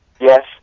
Yes